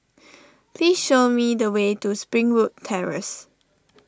please show me the way to Springwood Terrace